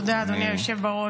תודה, אדוני היושב-ראש.